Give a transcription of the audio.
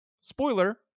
Spoiler